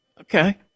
okay